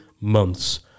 months